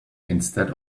instead